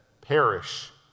perish